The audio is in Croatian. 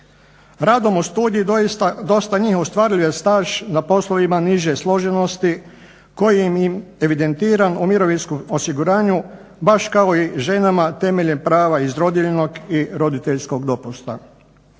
Radnom uz studiji doista, dosta njih ostvaruje staž na poslovima niže složenosti koji im je evidentiran u mirovinskom osiguranju baš kako i ženama temeljem prava iz rodiljnog i roditeljskog dopusta.